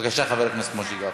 בבקשה, חבר הכנסת משה גפני.